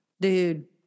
Dude